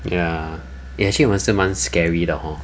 ya actually 也是蛮 scary 的 hor